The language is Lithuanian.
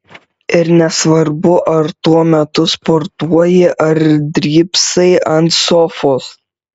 ir nesvarbu ar tuo metu sportuoji ar drybsai ant sofos